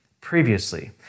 previously